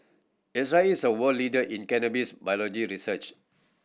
Israel is a world leader in cannabis biology research